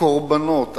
הקורבנות,